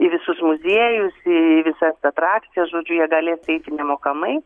į visus muziejus į visas atrakcijas žodžiu jie galės eiti nemokamai